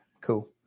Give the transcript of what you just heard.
cool